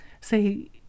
say –